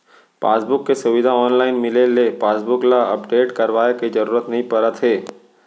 passbook के सुबिधा online मिले ले पासबुक ल अपडेट करवाए के जरूरत नइ परत हे